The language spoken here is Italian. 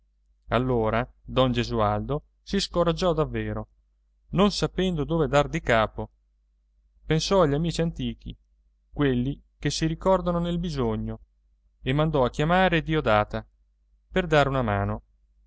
allora don gesualdo si scoraggiò davvero non sapendo dove dar di capo pensò agli amici antichi quelli che si ricordano nel bisogno e mandò a chiamare diodata per dare una mano